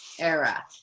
Era